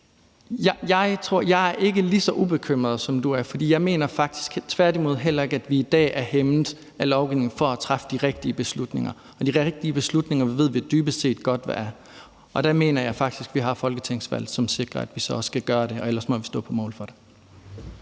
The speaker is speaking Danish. Jeg er ikke lige så ubekymret, som du er, for jeg mener faktisk tværtimod, at vi heller ikke i dag er hæmmet af lovgivning i forhold til at træffe de rigtige beslutninger. De rigtige beslutninger ved vi dybest set godt hvad er, og der mener jeg faktisk, at vi har folketingsvalget, som sikrer, at vi så også skal gøre det. Ellers må vi stå på mål for det.